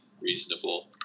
reasonable